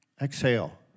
Exhale